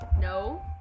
No